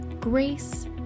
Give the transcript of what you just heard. Grace